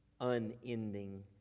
unending